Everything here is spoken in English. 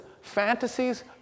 fantasies